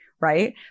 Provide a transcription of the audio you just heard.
right